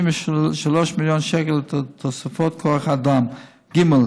33 מיליון שקל לתוספות כוח אדם, ג.